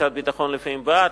משרד הביטחון לפעמים בעד,